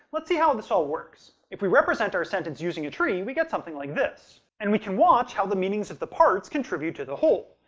let's see how and this all works. if we represent our sentence using a tree, we get something like this and we can watch how the meanings of the parts contribute to the whole.